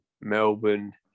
Melbourne